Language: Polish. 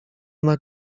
ona